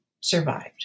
survived